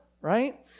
right